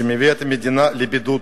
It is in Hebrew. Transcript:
שמביא את המדינה לבידוד.